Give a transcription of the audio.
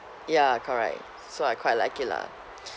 ya correct so I quite like it lah